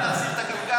אין להחזיר את הגלגל,